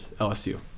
LSU